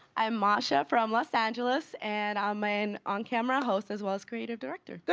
i am masha from los angeles, and i'm an on-camera host as well as creative director.